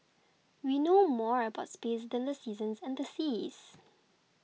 we know more about space than the seasons and the seas